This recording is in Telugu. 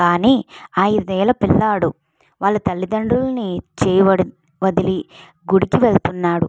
కానీ ఐదేళ్ళ పిల్లాడు వాళ్ళ తల్లిదండ్రులని చేయి వడి వదిలి గుడికి వెళుతున్నాడు